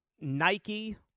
Nike